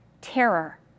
terror